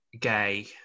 gay